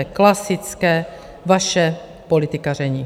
Klasické vaše politikaření.